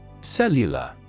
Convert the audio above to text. Cellular